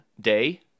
day